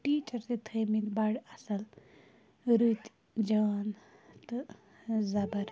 teacher تہِ تھٲیمٕتی بَڑٕ اَصٕل رٔتۍ جان تہٕ زَبَر